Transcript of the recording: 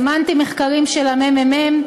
הזמנתי מחקרים של הממ"מ,